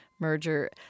merger